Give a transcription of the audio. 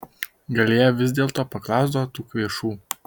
gal jie vis dėlto paklausdavo tų kvėšų